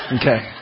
Okay